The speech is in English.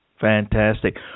Fantastic